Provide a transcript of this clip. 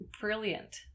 brilliant